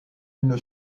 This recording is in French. une